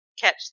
catch